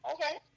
Okay